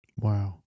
wow